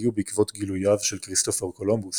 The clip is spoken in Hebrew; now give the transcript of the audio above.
שהגיעו בעקבות גילוייו של כריסטופר קולומבוס